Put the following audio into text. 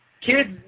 kids